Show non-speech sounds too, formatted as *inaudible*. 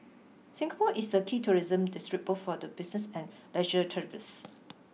Singapore is a key tourism destination both for the business and leisure *unintelligible*